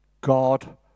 God